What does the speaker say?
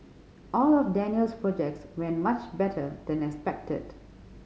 all of Daniel's projects went much better than expected